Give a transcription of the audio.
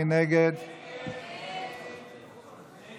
מי